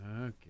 Okay